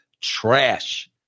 trash